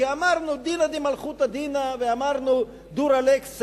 כי אמרנו "דינא דמלכותא דינא" ואמרנו dura lex,